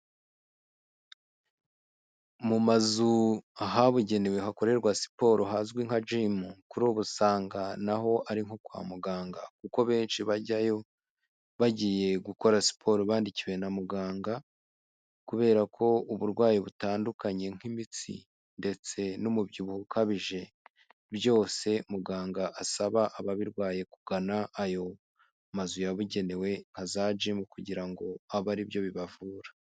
Mu mazu ahabugenewe hakorerwa siporo hazwi nka jimu, kuri ubu usanga na ho ari nko kwa muganga kuko benshi bajyayo bagiye gukora siporo bandikiwe na muganga kubera ko uburwayi butandukanye nk'imitsi ndetse n'umubyibuho ukabije, byose muganga asaba ababirwaye kugana ayo mazu yabugenewe nka zajimu kugira ngo abe ari byo bibavura.